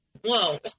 whoa